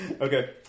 Okay